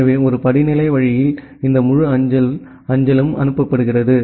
எனவே ஒரு படிநிலை வழியில் இந்த முழு அஞ்சல் அஞ்சலும் அனுப்பப்படுகிறது